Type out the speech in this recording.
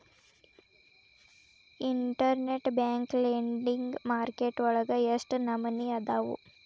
Internet bank lending market ವಳಗ ಎಷ್ಟ್ ನಮನಿಅದಾವು?